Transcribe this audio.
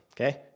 okay